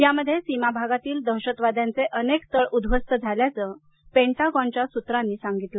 यामध्ये सीमाभागातील दहशतवाद्यांचे अनेक तळ उद्ध्वस्त झाल्याचं पेंटागॉनच्या सूत्रांनी सांगितलं